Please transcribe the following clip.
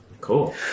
Cool